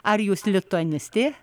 ar jūs lituanistė